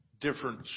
different